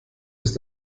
ist